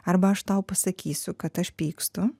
arba aš tau pasakysiu kad aš pykstu